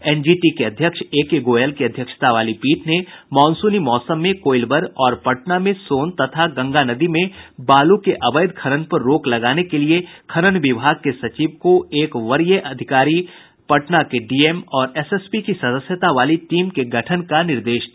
NGT के अध्यक्ष आदर्श कुमार गोयल की अध्यक्षता वाली पीठ ने मॉनसूनी मौसम में कोइलवर और पटना में सोन तथा गंगा नदी में बालू के अवैध खनन पर रोक लगाने के लिए खनन विभाग के सचिव को एक वरीय विभागीय अधिकारी पटना के डीएम और एसएसपी की सदस्यता वाली टीम के गठन का निर्देश दिया